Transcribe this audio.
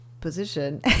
position